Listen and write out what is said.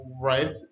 Right